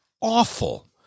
awful